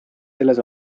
selles